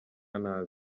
nabi